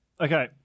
Okay